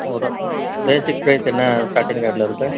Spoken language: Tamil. ஒரு பேசிக் ப்ரைஸு என்ன ஸ்டார்ட்டிங் ரேட்டில் வருது சார்